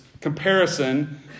comparison